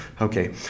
okay